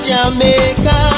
Jamaica